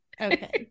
Okay